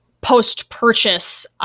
post-purchase